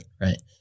Right